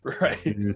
right